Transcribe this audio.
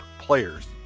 players